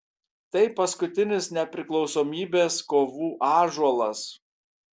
tai paskutinis nepriklausomybės kovų ąžuolas